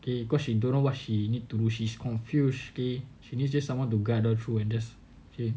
okay cause she don't know what she need to do okay she is confused okay she needed someone to guide her through and just okay